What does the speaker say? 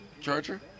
charger